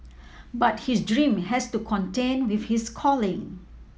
but his dream has to contend with his calling